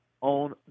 on